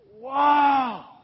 wow